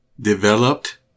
Developed